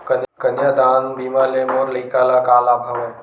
कन्यादान बीमा ले मोर लइका ल का लाभ हवय?